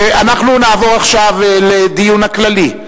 אנחנו נעבור עכשיו לדיון הכללי,